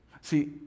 See